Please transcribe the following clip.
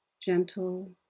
gentle